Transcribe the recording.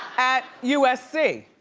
at usc,